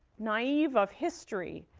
naive of history,